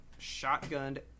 shotgunned